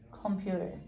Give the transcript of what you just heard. computer